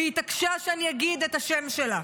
והיא התעקשה שאני אגיד את השם שלה.